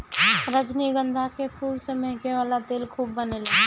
रजनीगंधा के फूल से महके वाला तेल खूब बनेला